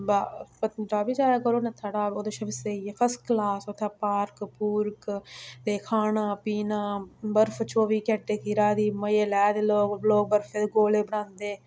बा पत्नीटॉप बी जाया करो नत्थाटॉप ओह्दे शा बी स्हेई ऐ फस्ट क्लास उत्थें पार्क पूरक ते खाना पीना बर्फ चौबी घैंटे घिरा दी मज़े लै दे लोक लोक बर्फा दे गोले बनांदे